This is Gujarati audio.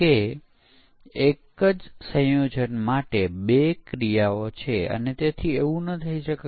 અને આવૃત્તિ કે જે વપરાશકર્તાને આપવામાં આવે છે તેમાં કેટલી ભૂલો હોય શકે